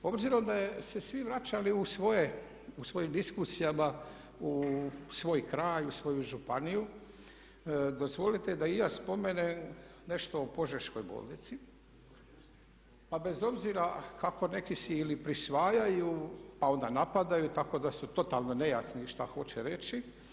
Obzirom da ste se svi vraćali u svojim diskusijama u svoj kraj, u svoju županiju dozvolite da i ja spomenem nešto o Požeškoj bolnici pa bez obzira kako neki si ili prisvajaju pa onda napadaju tako da su totalno nejasni što hoće reći.